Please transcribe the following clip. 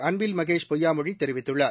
அன்பில் மகேஷ் பொய்யாமொழி தெரிவித்துள்ளார்